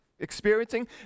experiencing